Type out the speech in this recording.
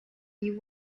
you